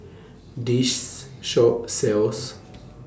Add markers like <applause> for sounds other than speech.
This Shop sells <noise>